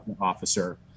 officer